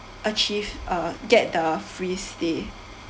achieve uh get the free stay